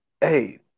Hey